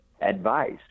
advice